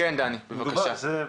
בבקשה.